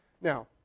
Now